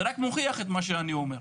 זה רק מוכיח את מה שאני אומר.